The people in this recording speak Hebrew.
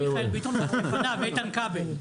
לא מיכאל ביטון, איתן כבל.